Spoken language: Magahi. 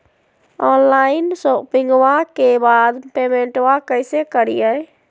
ऑनलाइन शोपिंग्बा के बाद पेमेंटबा कैसे करीय?